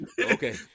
Okay